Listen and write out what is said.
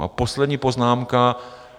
A poslední poznámka.